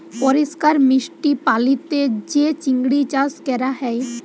পরিষ্কার মিষ্টি পালিতে যে চিংড়ি চাস ক্যরা হ্যয়